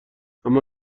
اما